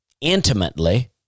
intimately